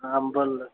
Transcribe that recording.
अम्बल